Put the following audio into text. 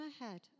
ahead